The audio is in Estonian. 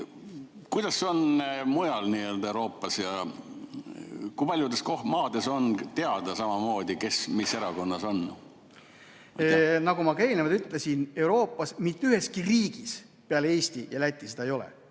kuidas on mujal Euroopas? Ja kui paljudes maades on samamoodi teada, kes mis erakonnas on? Nagu ma eelnevalt ütlesin, Euroopas mitte üheski riigis peale Eesti ja Läti seda ei ole.